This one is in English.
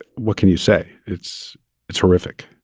what can you say? it's it's horrific